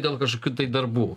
dėl kažkokių tai darbų